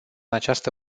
această